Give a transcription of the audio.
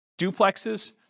duplexes